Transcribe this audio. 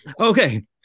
Okay